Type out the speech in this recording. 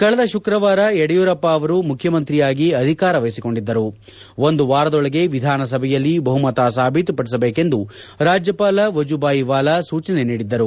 ಕಳೆದ ಶುಕ್ರವಾರ ಯಡಿಯೂರಪ್ಪ ಅವರು ಮುಖ್ಯಮಂತ್ರಿಯಾಗಿ ಅಧಿಕಾರ ವಹಿಸಿಕೊಂಡಿದ್ದರು ಒಂದು ವಾರದೊಳಗೆ ವಿಧಾನಸಭೆಯಲ್ಲಿ ಬಹುಮತ ಸಾಬೀತು ಪಡಿಸಬೇಕೆಂದು ರಾಜ್ಜಪಾಲ ವಜುಬಾಯ್ ವಾಲಾ ಸೂಚನೆ ನೀಡಿದ್ದರು